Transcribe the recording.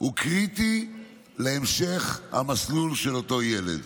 הוא קריטי להמשך המסלול של אותו ילד,